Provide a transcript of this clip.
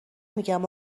میگم